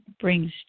brings